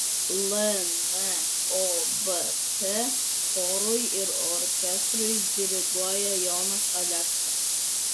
lnobt chorui ir orkestrui diriguoja jonas aleksa